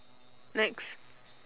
next